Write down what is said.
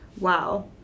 Wow